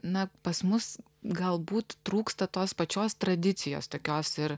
na pas mus galbūt trūksta tos pačios tradicijos tokios ir